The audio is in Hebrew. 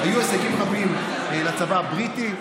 במלחמת העולם השנייה היו הישגים רבים לצבא הבריטי,